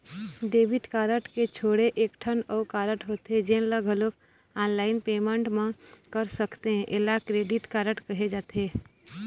debit card के छोड़े एकठन अउ कारड होथे जेन ल घलोक ऑनलाईन पेमेंट म कर सकथे एला क्रेडिट कारड कहे जाथे